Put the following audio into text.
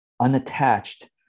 unattached